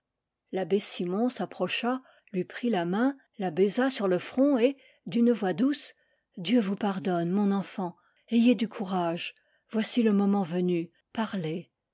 l'abbé simon s'approcha lui prit la main la baisa sur le front et d'une voix douce dieu vous pardonne mon enfant ayez du courage voici le moment venu parlez